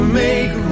make